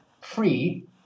free